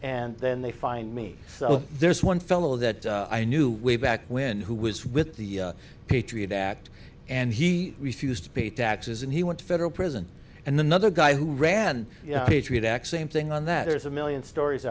and then they find me so there's one fellow that i knew way back when who was with the patriot act and he refused to be taxes and he went to federal prison and the other guy who ran patriot act same thing on that there's a million stories